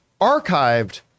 archived